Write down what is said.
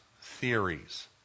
theories